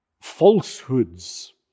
falsehoods